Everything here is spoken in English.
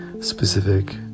specific